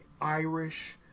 Irish